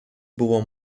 buvo